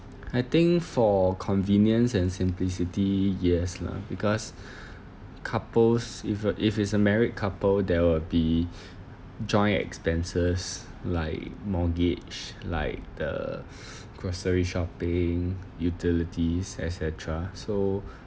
I think for convenience and simplicity yes lah because couples if uh if it's a married couple there will be joint expenses like mortgage like the grocery shopping utilities et cetera so